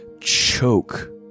choke